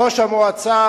ראש המועצה,